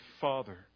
Father